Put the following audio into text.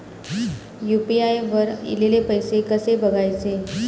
UPI वर ईलेले पैसे कसे बघायचे?